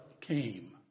came